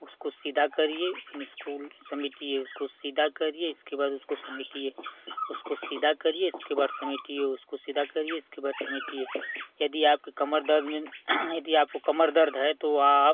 उसको सीधा करिए फिर इसको समेटिए उसको सीधा करिए इसके बाद उसको समेटिए उसको सीधा करिए इसके बाद समेटिए उसको सीधा करिए इसके बाद समेटिए यदि आपके कमर दर्द में यदि आपको कमर दर्द है तो आप